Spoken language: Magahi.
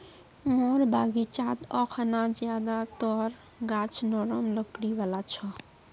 मोर बगीचात अखना ज्यादातर गाछ नरम लकड़ी वाला छ